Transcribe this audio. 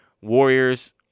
Warriors